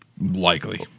Likely